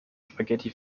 spaghetti